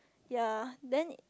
ya then